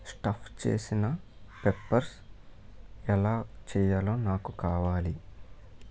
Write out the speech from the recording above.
stuff చేసిన peppers ఎలా చెయ్యాలో నాకు కావాలి